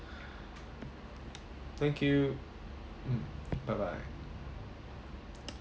thank you mm bye bye